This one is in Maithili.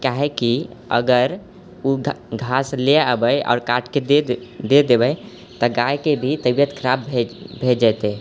काहेकि अगर ओ घास ले अबै आओर काटिके दऽ देबै तऽ गायके भी तबियत खराब भए जेतै